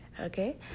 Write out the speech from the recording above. okay